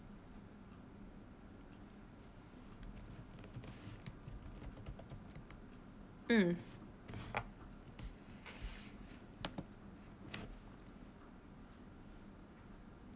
mm